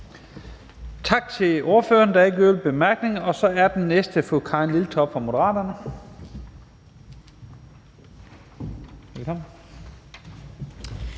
Tak til ordføreren. Der er ikke yderligere korte bemærkninger. Og så er den næste fru Karin Liltorp fra Moderaterne.